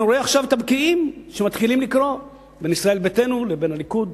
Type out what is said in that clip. אני רואה עכשיו את הבקיעים שמתחילים לקרות בין ישראל ביתנו לבין הליכוד,